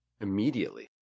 immediately